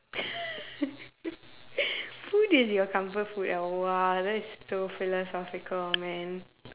food is your comfort food ah !wow! that is so philosophical man